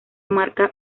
marca